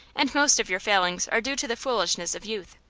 and most of your failings are due to the foolishness of youth.